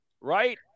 right